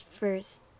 first